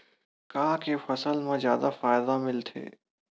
का के फसल मा जादा फ़ायदा मिलथे?